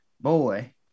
boy